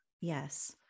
Yes